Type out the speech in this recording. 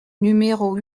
numéros